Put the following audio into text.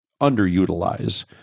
underutilize